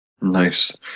Nice